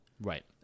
Right